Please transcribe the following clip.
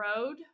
Road